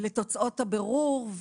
לתוצאות הבירור,